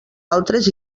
altres